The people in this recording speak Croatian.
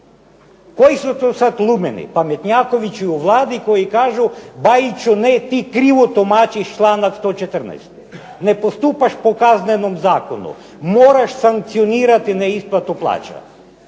koji su to sada lumeni, pametnjakovići u Vladi koji kažu BAjiću ne ti krivo tumačiš članak 114., ne postupaš po Kaznenom zakonu, moraš sankcionirati na isplatu plaća.